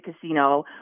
casino